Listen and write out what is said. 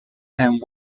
and